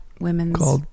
women's